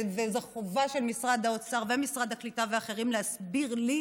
וזו חובה של משרד האוצר ומשרד הקליטה ואחרים להסביר לי,